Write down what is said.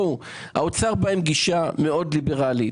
האוצר בא עם גישה מאוד ליברלית,